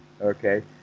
Okay